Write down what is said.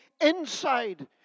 inside